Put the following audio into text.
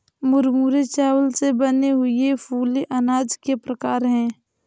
मुरमुरे चावल से बने फूले हुए अनाज के प्रकार है